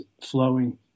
flowing